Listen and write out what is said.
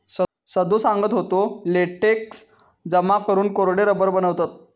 सदो सांगा होतो, लेटेक्स जमा करून कोरडे रबर बनवतत